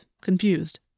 confused